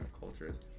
cultures